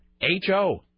H-O